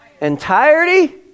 Entirety